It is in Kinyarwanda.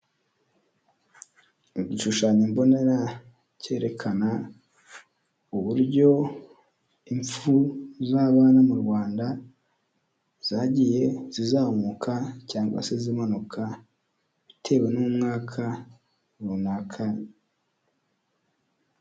Igishushanyo mbonera cyerekana uburyo impfu z'abana mu Rwanda zagiye zizamuka, cyangwa se zimanuka bitewe n'mwaka runaka.